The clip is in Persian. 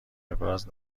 ابراز